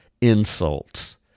insults